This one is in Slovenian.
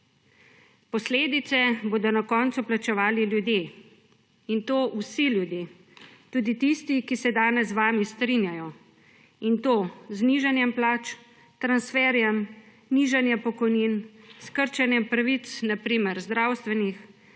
Posledice bodo na koncu plačevali ljudje, in to vsi ljudje, tudi tisti, ki se danes z vami strinjajo. In to z znižanjem plač, transferji, nižanjem pokojnin, s krčenjem pravic, na primer zdravstvenih,